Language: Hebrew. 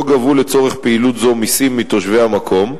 גבו לצורך פעילות זאת מסים מתושבי המקום,